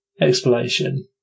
explanation